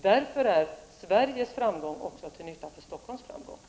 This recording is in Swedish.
Därför är Sveriges framgång också till nytta för Stockholms framgång.